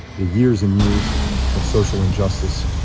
the years and years of social injustice,